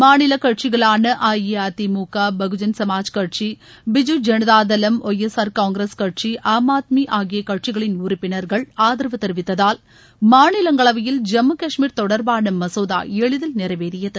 மாநில கட்சிகளான அஇஅதிமுக பகுஜன்சமாஜ் கட்சி பிஜு ஜனதாதளம் ஒய் எஸ் ஆர் காங்கிரஸ் கட்சி ஆம் ஆத்மி ஆகிய கட்சிகளின் உறுப்பினர்கள் ஆதரவு தெரிவித்ததால் மாநிலங்களவையில் ஜம்மு கஷ்மீர் தொடர்பான மசோதா எளிதில் நிறைவேறியது